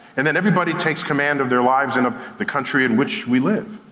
and then everybody takes command of their lives and of the country in which we live.